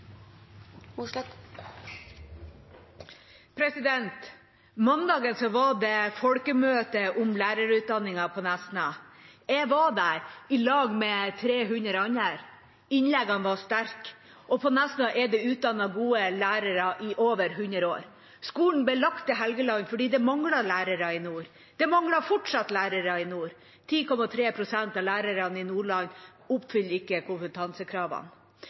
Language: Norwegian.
Mossleth – til oppfølgingsspørsmål. Mandag var det folkemøte om lærerutdanningen på Nesna. Jeg var der – i lag med 300 andre. Innleggene var sterke. På Nesna er det blitt utdannet gode lærere i over hundre år. Skolen ble lagt til Helgeland fordi det manglet lærere i nord. Det mangler fortsatt lærere i nord. 10,3 pst. av lærerne i Nordland oppfyller ikke kompetansekravene.